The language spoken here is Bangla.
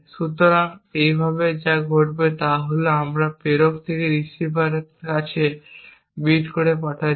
সুতরাং এইভাবে যা ঘটবে তা হল আমরা প্রেরক থেকে রিসিভারের কাছে বিট করে পাঠাচ্ছি